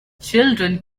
children